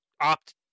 opt